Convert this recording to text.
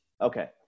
Okay